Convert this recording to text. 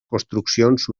construccions